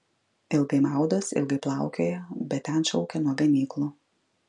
ilgai maudos ilgai plaukioja bet ten šaukia nuo ganyklų